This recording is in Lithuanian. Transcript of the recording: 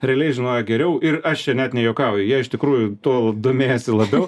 realiai žinojo geriau ir aš čia net nejuokauju jie iš tikrųjų tuo domėjosi labiau